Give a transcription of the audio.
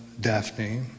Daphne